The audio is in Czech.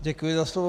Děkuji za slovo.